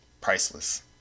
priceless